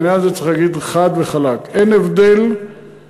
בעניין הזה צריך להגיד חד וחלק: אין הבדל במצוקות,